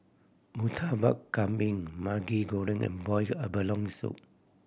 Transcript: Murtabak Kambing Maggi Goreng and boiled abalone soup